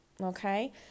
okay